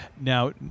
Now